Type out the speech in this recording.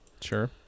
Sure